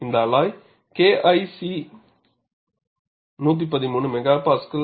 இந்த alloy KIC 113 MP√m ஆகும்